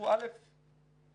דבר ראשון,